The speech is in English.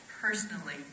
personally